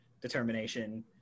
determination